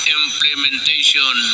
implementation